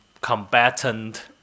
combatant